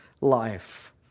life